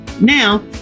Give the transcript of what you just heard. Now